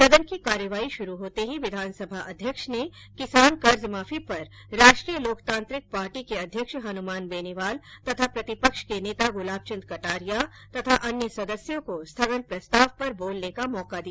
सदन की कार्यवाही शुरू होते ही विधानसभा अध्यक्ष ने किसान कर्ज माफी पर राष्ट्रीय लोकतांत्रिक पार्टी के अध्यक्ष हनुमान बेनीवाल तथा प्रतिपक्ष के नेता गुलाब चंद कटारिया तथा अन्य सदस्यों को स्थगन प्रस्ताव पर बोलने का मौका दिया